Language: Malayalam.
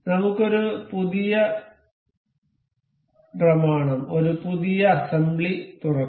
നമുക്ക് ഒരു പുതിയ പ്രമാണം ഒരു പുതിയ അസംബ്ലി തുറക്കാം